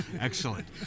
Excellent